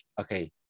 okay